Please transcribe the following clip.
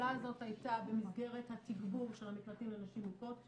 הפעולה הזאת הייתה במסגרת התגבור של המקלטים לנשים מוכות,